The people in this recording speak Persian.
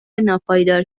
ناپایدار